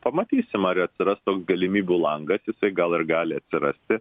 pamatysim ar atsiras toks galimybių langas jisai gal ir gali atsirasti